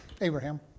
Abraham